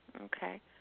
Okay